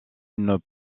une